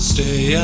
Stay